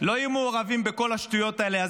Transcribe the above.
לא יהיו מעורבים בכל השטויות האלה.